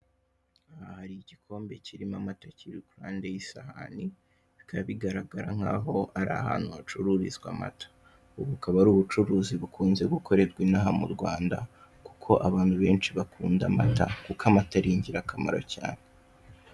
Aha hari igikombe kirimo amata, kiri impande y'isahani, bikaba bigaragara nk'aho ari ahantu hacururizwa amata, ubu bukaba ari ubucuruzi bukunze gukorerwa inaha mu Rwanda kuko abantu benshi bakunda amata, kuko amata ari ingirakamaro cyane.